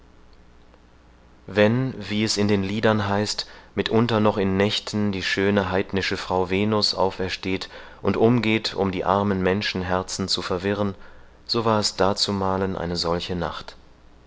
wenn wie es in den liedern heißt mitunter noch in nächten die schöne heidnische frau venus aufersteht und umgeht um die armen menschenherzen zu verwirren so war es dazumalen eine solche nacht